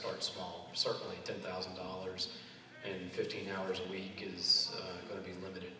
start small certainly ten thousand dollars and fifteen hours a week is going to be limited